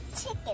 Chicken